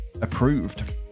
approved